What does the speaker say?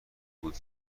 بود